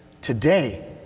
today